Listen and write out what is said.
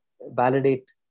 validate